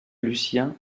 lucien